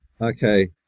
okay